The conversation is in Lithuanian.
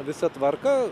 visą tvarką